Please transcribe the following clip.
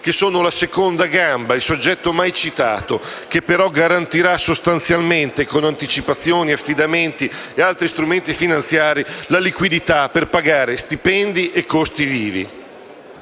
che sono la seconda gamba, il soggetto mai citato, che però garantirà sostanzialmente, con anticipazioni, affidamenti e altri strumenti finanziari, la liquidità per pagare stipendi e costi vivi.